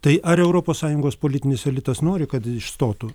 tai ar europos sąjungos politinis elitas nori kad išstotų